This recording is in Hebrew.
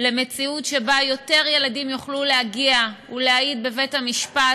למציאות שבה יותר ילדים יוכלו להגיע ולהעיד בבית-המשפט,